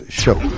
show